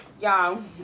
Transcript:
y'all